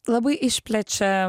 labai išplečia